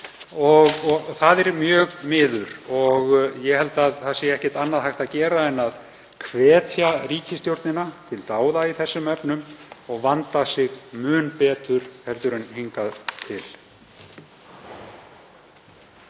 verst er mjög miður. Ég held að það sé ekkert annað hægt að gera en að hvetja ríkisstjórnina til dáða í þessum efnum og vanda sig mun betur en hingað til.